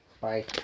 Bye